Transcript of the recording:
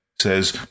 says